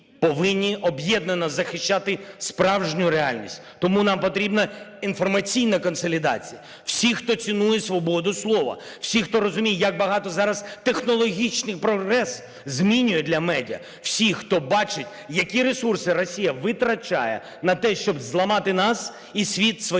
повинні об'єднано захищати справжню реальність, тому нам потрібна інформаційна консолідація всіх, хто цінує свободу слова, всіх, хто розуміє як багато зараз технологічний прогрес змінює для медіа, всіх, хто бачить, які ресурси Росія витрачає на те, щоб зламати нас і світ своєю